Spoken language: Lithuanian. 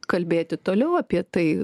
kalbėti toliau apie tai